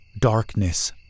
Darkness